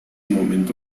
momento